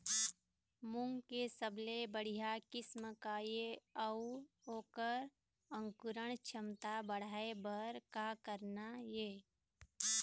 मूंग के सबले बढ़िया किस्म का ये अऊ ओकर अंकुरण क्षमता बढ़ाये बर का करना ये?